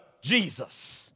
Jesus